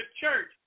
church